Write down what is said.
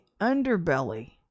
underbelly